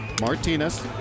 Martinez